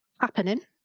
happening